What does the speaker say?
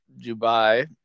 Dubai